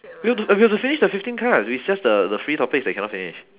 we got to I we got to finish the fifteen cards it's just the the free topics that we cannot finish